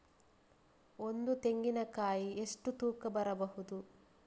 ಒಂದು ತೆಂಗಿನ ಕಾಯಿ ಎಷ್ಟು ತೂಕ ಬರಬಹುದು?